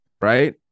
right